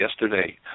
yesterday